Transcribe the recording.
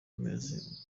amezi